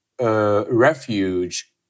refuge